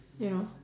you know